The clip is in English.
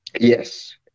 Yes